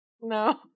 No